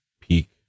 peak